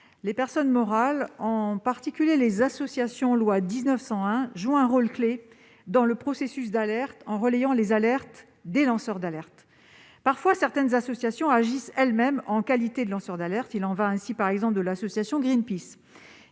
Les personnes morales, en particulier les associations de la loi de 1901, jouent un rôle clé dans le processus d'alerte en relayant les alertes des lanceurs d'alerte. Parfois, certaines associations agissent elles-mêmes en qualité de lanceur d'alerte. Il en va ainsi, par exemple, de l'association Greenpeace